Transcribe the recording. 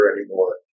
anymore